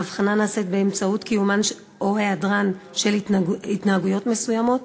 האבחנה נעשית באמצעות קיומן או היעדרן של התנהגויות מסוימות.